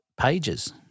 pages